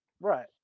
Right